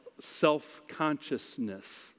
self-consciousness